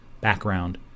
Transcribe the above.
background